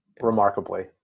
Remarkably